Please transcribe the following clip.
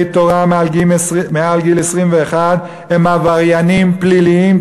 תורה מעל גיל 21 הם עבריינים פליליים,